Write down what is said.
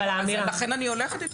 לכן אני הולכת אתכם,